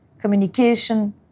communication